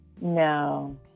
No